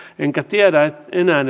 enkä tiedä